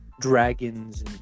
dragons